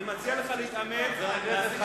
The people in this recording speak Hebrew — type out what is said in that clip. אני מציע לך להתאמץ, 61. אני מציע לך להתאמץ,